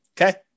Okay